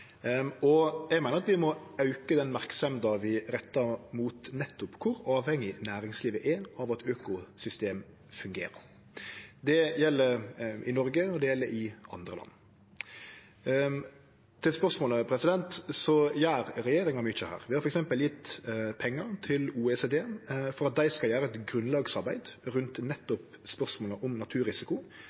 og risiko for folk. Eg meiner vi må auke den merksemda vi rettar mot nettopp kor avhengig næringslivet er av at økosystem fungerer. Det gjeld i Noreg, og det gjeld i andre land. Til spørsmålet, så gjer regjeringa mykje. Vi har for eksempel gjeve pengar til OECD for at dei skal gjere eit grunnlagsarbeid rundt nettopp spørsmålet om naturrisiko.